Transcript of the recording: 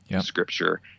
Scripture